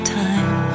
time